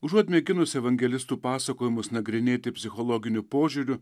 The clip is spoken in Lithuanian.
užuot mėginus evangelistų pasakojimus nagrinėti psichologiniu požiūriu